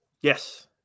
yes